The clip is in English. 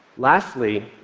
lastly,